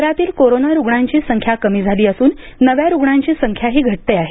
शहरातील कोरोना रुग्णांची संख्या कमी झाली असून नव्या रुग्णांची संख्याही घटते आहे